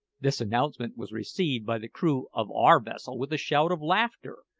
this announcement was received by the crew of our vessel with a shout of laughter,